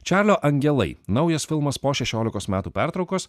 čarlio angelai naujas filmas po šešiolikos metų pertraukos